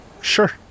Sure